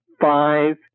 five